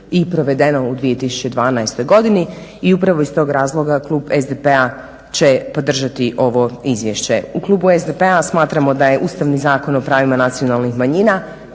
i provedeno u 2012.godini i upravo iz tog razloga klub SDP-a će podržati ovo izvješće. U klubu SDP-a smatramo da je Ustavni zakon o pravima nacionalnih manjina